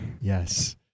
Yes